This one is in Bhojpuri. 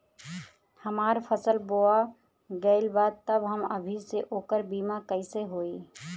हमार फसल बोवा गएल बा तब अभी से ओकर बीमा कइसे होई?